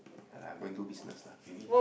yeah lah go and do business lah maybe